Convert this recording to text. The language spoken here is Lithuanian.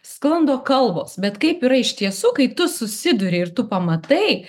sklando kalbos bet kaip yra iš tiesų kai tu susiduri ir tu pamatai